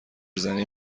زنی